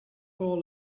all